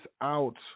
out